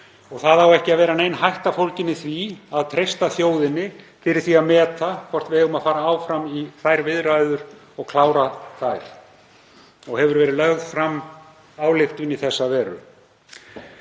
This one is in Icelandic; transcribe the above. Það á ekki að vera nein hætta fólgin í því að treysta þjóðinni fyrir því að meta hvort við eigum að fara áfram í þær viðræður og klára þær, og hefur verið lögð fram ályktun í þessa veru.